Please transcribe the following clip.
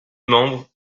membres